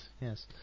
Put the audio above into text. yes